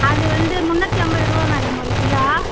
அது வந்து முந்நூற்றி ஐம்பதுருபா மேடம் ஒரு கிலோ